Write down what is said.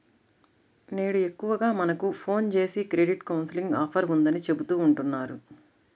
నేడు ఎక్కువగా మనకు ఫోన్ జేసి క్రెడిట్ కౌన్సిలింగ్ ఆఫర్ ఉందని చెబుతా ఉంటన్నారు